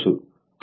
కాబట్టి R 0